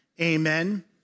Amen